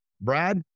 Brad